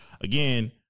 again